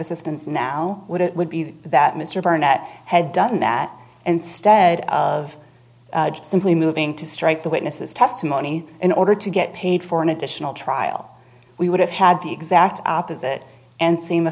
assistance now would it would be that mr barnett had done that instead of simply moving to strike the witnesses testimony in order to get paid for an additional trial we would have had the exact opposite and seen the